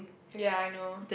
ya I know